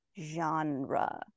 genre